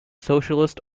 socialist